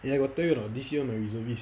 eh I got tell you or not this year my reservist